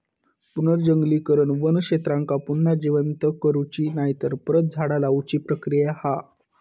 पुनर्जंगलीकरण वन क्षेत्रांका पुन्हा जिवंत करुची नायतर परत झाडा लाऊची प्रक्रिया हा